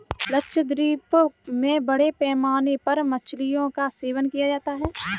लक्षद्वीप में बड़े पैमाने पर मछलियों का सेवन किया जाता है